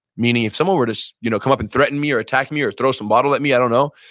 meaning if someone were to so you know come up and threaten me or attack me or throw some bottle at me, i don't know,